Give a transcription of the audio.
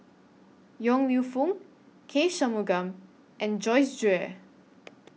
Yong Lew Foong K Shanmugam and Joyce Jue